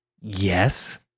yes